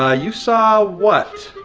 ah you saw what?